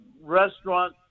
restaurant